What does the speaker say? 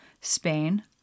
Spain